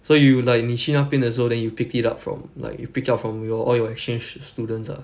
so you like 你去那边的时候 then you pick it up from like you pick up from your all your exchange students ah